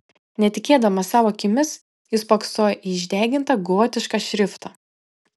netikėdamas savo akimis jis spoksojo į išdegintą gotišką šriftą